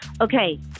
okay